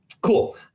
Cool